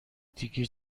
دیگه